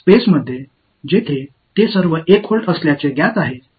ஸ்பேஸில் இது 1 வோல்ட் என்று அறியப்படுகிறது